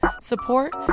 support